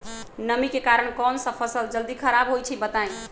नमी के कारन कौन स फसल जल्दी खराब होई छई बताई?